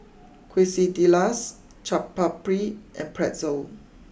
Quesadillas Chaat Papri and Pretzel